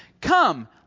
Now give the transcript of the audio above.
Come